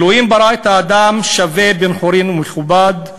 אלוהים ברא את האדם שווה, בן-חורין ומכובד,